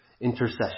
intercession